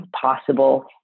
possible